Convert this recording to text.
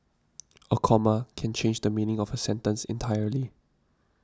a comma can change the meaning of a sentence entirely